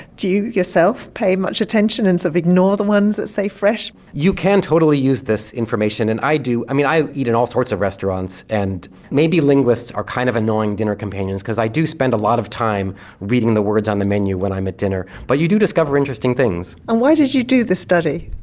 do you you yourself pay much attention and so and ignore the ones that say fresh? you can totally use this information, and i do i mean i eat in all sorts of restaurants, and maybe linguists are kind of annoying dinner companions because i do spend a lot of time reading the words on the menu when i'm at dinner. but you discover interesting things. and why did you do this study?